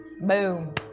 Boom